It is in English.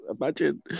Imagine